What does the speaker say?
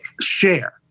share